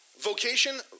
Vocation